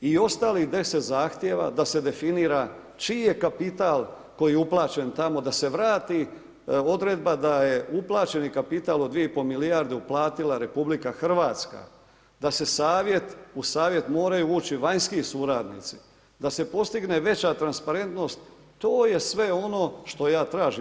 I ostalih 10 zahtjeva da se definira čiji je kapital koji je uplaćen tamo, da se vrati odredba da je uplaćeni kapital od 2,5 milijarde uplatila RH, da se u savjet moraju ući vanjski suradnici, da se postigne veća transparentnost, to je sve ono što ja tražim.